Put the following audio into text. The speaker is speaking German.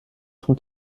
zum